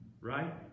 Right